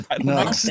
No